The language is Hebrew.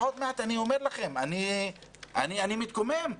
אני מתקומם לה,